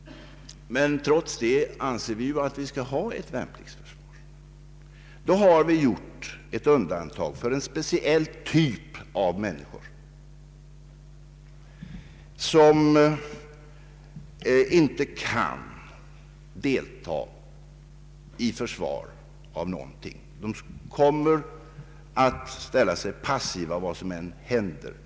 Trots det anser vi emellertid att vi skall ha ett värnpliktsförsvar. Vi har gjort undantag för en speciell typ av människor som inte kan delta i försvar av någonting. De kommer att ställa sig passiva vad som än händer.